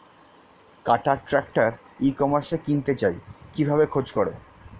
কাটার tractor e কমার্সে কিনতে চাই কিভাবে খোঁজ করো?